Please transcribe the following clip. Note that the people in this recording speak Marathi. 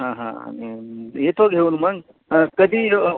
हां हां येतो घेऊन मग हां कधी येऊ